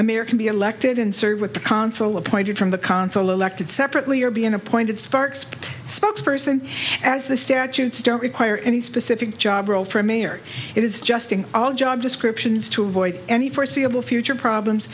american be elected and serve with the consul appointed from the consul elected separately or be an appointed sparks spokesperson as the statutes don't require any specific job role for a mayor it is just an all job descriptions to avoid any foreseeable future problems